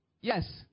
Yes